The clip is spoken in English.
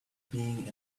being